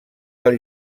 del